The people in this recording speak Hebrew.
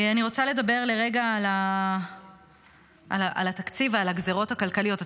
אני רוצה לדבר רגע על התקציב ועל הגזרות הכלכליות.